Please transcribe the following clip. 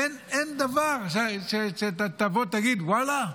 אין שום דבר שתבוא, תגיד, וואלה,